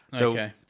okay